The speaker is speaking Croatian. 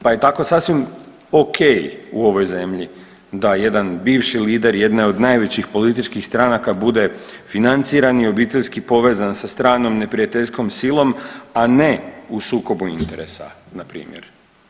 Pa je tako sasvim ok u ovoj zemlji da jedna bivši lider jedne od najvećih političkih stranaka bude financiran i obiteljski povezan sa stranom neprijateljskom silom, a ne u sukobu interesa na primjer.